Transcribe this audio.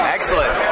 Excellent